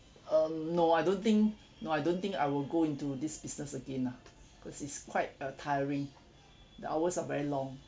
um no I don't think no I don't think I will go into this business again lah cause it's quite uh tiring the hours are very long